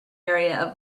area